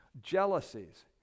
jealousies